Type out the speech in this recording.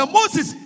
Moses